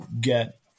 get